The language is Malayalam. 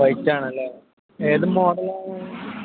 വൈറ്റ് ആണല്ലേ ഏത് മോഡലാണ്